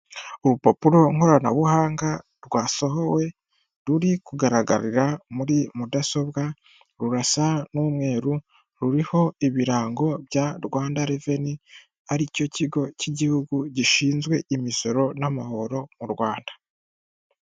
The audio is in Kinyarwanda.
Urupapuro nkoranabuhanga rwasohowe, ruri kugaragarira muri mudasobwa, rurasa n'umweru, ruriho ibirango bya Rwanda reveni, ari cyo kigo cy'igihugu gishinzwe imisoro n'amahoro mu Rwanda.